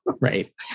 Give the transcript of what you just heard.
Right